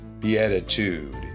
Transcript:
beatitude